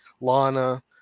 Lana